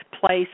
place